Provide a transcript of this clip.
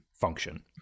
function